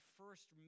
first